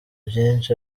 byinshi